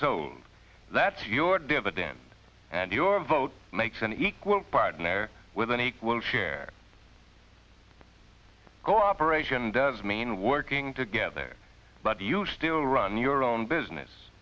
sold that's your dividend and your vote makes an equal partner with an equal share cooperation does mean working together but you still run your own business